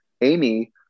Amy